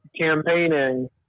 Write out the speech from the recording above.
campaigning